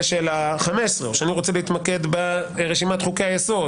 של ה-15 או שאני רוצה להתמקד ברשימת חוקי היסוד,